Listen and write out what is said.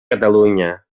catalunya